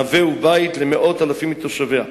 נווה ובית למאות אלפים מתושביה".